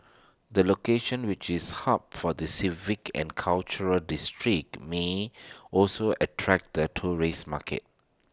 the location which is hub for the civic and cultural district may also attract the tourist market